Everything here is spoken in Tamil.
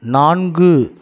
நான்கு